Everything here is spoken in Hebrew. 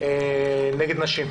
נגד נשים.